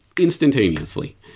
instantaneously